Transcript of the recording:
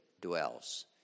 dwells